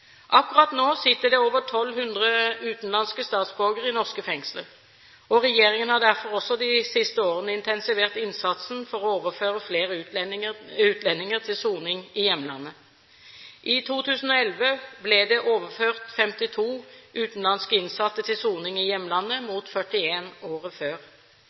Akkurat nå sitter det over 1 200 utenlandske statsborgere i norske fengsler. Regjeringen har derfor også de siste årene intensivert innsatsen for å overføre flere utlendinger til soning i hjemlandet. I 2011 ble det overført 52 utenlandske innsatte til soning i hjemlandet, mot 41 året før.